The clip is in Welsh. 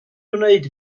gwneud